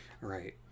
right